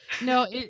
No